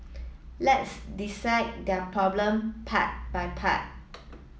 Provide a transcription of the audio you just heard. let's dissect their problem part by part